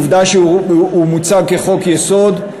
עובדה שהוא מוצג כחוק-יסוד,